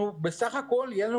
אני הולך להגיד לכם